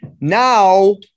Now